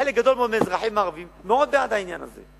חלק גדול מאוד מהאזרחים הערבים מאוד בעד העניין הזה.